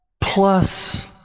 plus